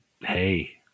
Hey